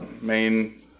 main